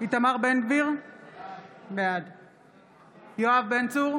(קוראת בשמות